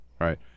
Right